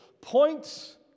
points